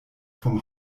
vom